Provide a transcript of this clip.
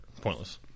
Pointless